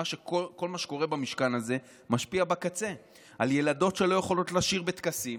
כל מה שקורה במשכן הזה משפיע בקצה על ילדות שלא יכולות לשיר בטקסים,